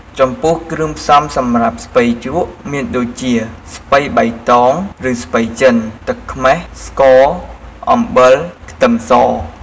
ចំពោះគ្រឿងផ្សំសម្រាប់ស្ពៃជ្រក់មានដូចជា ស្ពៃបៃតឬស្ពៃចិន ទឹកខ្មេះ ស្ករ អំបិល ខ្ទឹមស។